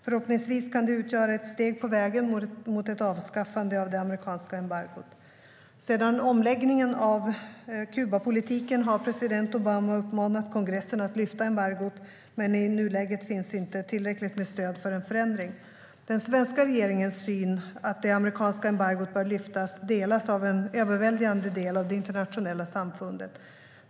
Förhoppningsvis kan det utgöra ett steg på vägen mot ett avskaffande av det amerikanska embargot. Sedan omläggningen av Kubapolitiken har president Obama uppmanat kongressen att lyfta embargot, men i nuläget finns inte tillräckligt med stöd för en förändring. Den svenska regeringens syn att det amerikanska embargot bör lyftas delas av en överväldigande del av det internationella samfundet.